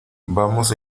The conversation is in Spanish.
vamos